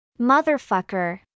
Motherfucker